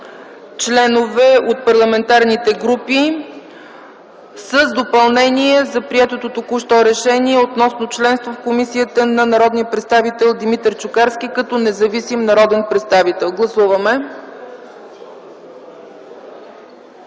членове от парламентарните групи, с допълнение – приетото току-що решение относно членството в комисията на Димитър Чукарски като независим народен представител. Гласували